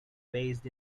based